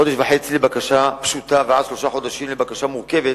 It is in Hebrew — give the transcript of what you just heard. חודש וחצי לבקשה פשוטה ועד שלושה חודשים לבקשה מורכבת.